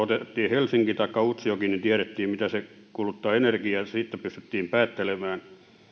otettiin helsinki tai utsjoki niin aina ainakin tiedettiin kuinka paljon se omakotitalo kuluttaa energiaa ja siitä pystyttiin päättelemään